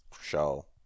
show